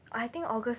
I think august